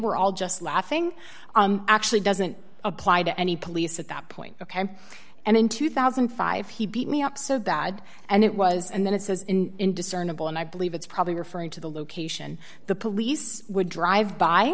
were all just laughing actually doesn't apply to any police at that point and in two thousand and five he beat me up so bad and it was and then it says in indiscernible and i believe it's probably referring to the location the police would drive by